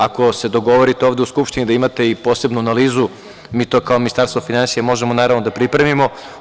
Ako se dogovorite ovde u Skupštini da imate i posebnu analizu, mi to kao Ministarstvo finansija možemo, naravno, da pripremimo.